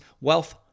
wealth